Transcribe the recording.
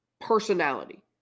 personality